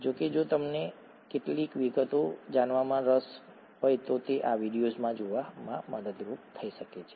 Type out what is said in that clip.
જો કે જો તમને કેટલીક વિગતો જાણવામાં રસ હોય તો આ વિડિઓઝ જોવામાં મદદરૂપ થઈ શકે છે